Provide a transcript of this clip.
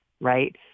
right